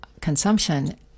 consumption